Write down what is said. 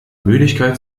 müdigkeit